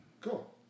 Cool